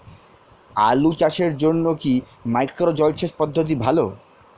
আলু চাষের জন্য কি মাইক্রো জলসেচ পদ্ধতি ভালো?